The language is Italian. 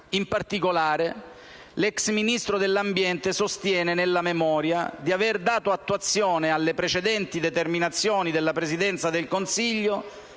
In particolare, l'*ex* Ministro dell'ambiente sostiene, nella memoria, di aver dato attuazione alle precedenti determinazioni della Presidenza del Consiglio